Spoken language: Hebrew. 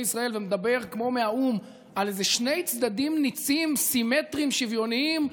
ישראל ומדבר כמו מהאו"ם על שני צדדים ניצים סימטריים ושוויוניים,